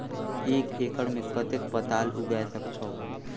एक एकड़ मे कतेक पताल उगाय सकथव?